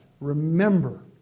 Remember